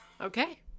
Okay